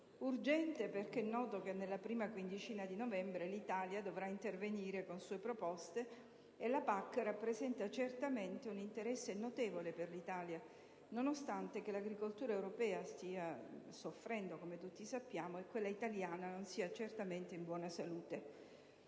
Urgente, perché è noto che nella prima quindicina di novembre l'Italia dovrà intervenire con sue proposte e la PAC rappresenta certamente un interesse notevole per l'Italia, nonostante l'agricoltura europea stia soffrendo e l'agricoltura italiana non sia in buona salute.